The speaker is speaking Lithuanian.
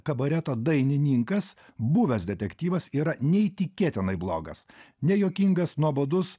kabareto dainininkas buvęs detektyvas yra neįtikėtinai blogas nejuokingas nuobodus